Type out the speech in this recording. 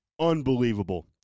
unbelievable